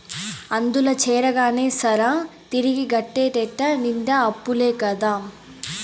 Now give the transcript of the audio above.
అందుల చేరగానే సరా, తిరిగి గట్టేటెట్ట నిండా అప్పులే కదా